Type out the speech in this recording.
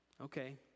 okay